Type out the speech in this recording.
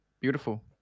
beautiful